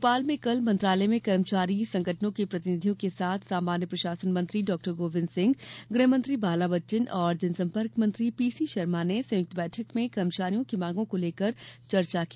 भोपाल में कल मंत्रालय में कर्मचारी संगठनों के प्रतिनिधियों के साथ सामान्य प्रशासन मंत्री डॉ गोविंद सिंह गृह मंत्री बाला बच्चन और जनसम्पर्क मंत्री पीसी शर्मा ने संयुक्त बैठक में कर्मचारियों की मांगों को लेकर चर्चा की